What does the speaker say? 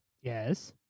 Yes